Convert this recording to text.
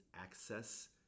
access